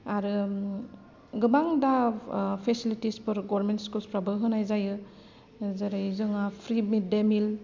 आरो गोबां दा फेसिलिटिसफोर गभर्नमेन्ट स्कुलफ्रावबो होनाय जायो जेरै जोंहा फ्रि मिल